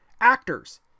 Actors